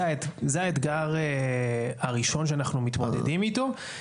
זה האתגר הראשון שאנחנו מתמודדים איתו,